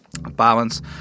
Balance